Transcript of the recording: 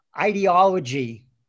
ideology